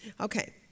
Okay